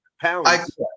pounds